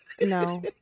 no